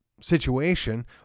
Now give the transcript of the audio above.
situation